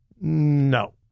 No